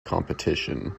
competition